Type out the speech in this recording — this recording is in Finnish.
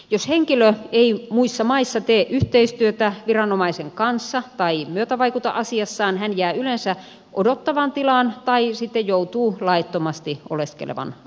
jos henkilö ei muissa maissa tee yhteistyötä viranomaisen kanssa tai myötävaikuta asiassaan hän jää yleensä odottavaan tilaan tai sitten joutuu laittomasti oleskelevan asemaan